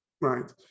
right